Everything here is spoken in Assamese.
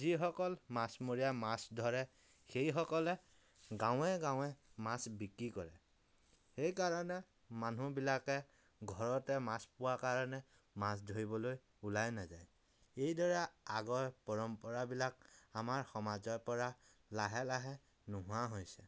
যিসকল মাছমৰীয়াই মাছ ধৰে সেই সকলে গাঁৱে গাঁৱে মাছ বিক্ৰী কৰে সেইকাৰণে মানুহবিলাকে ঘৰতে মাছ পোৱাৰ কাৰণে মাছ ধৰিবলৈ ওলাই নাযায় এইদৰে আগৰ পৰম্পৰাবিলাক আমাৰ সমাজৰ পৰা লাহে লাহে নোহোৱা হৈছে